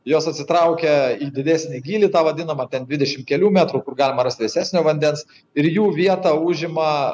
jos atsitraukia ir didesnį gylį tą vadinamą tad dvidešimt kelių metrų kur galima rasti vėsesnio vandens ir jų vietą užima